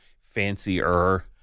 fancier